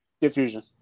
diffusion